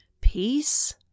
peace